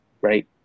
right